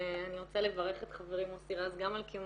אני רוצה לברך את חברי מוסי רז גם על קיום